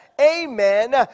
Amen